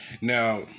now